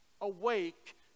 awake